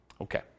Okay